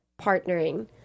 partnering